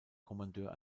kommandeur